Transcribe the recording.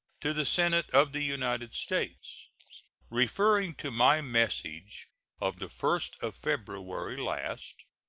to the senate of the united states referring to my message of the first of february last,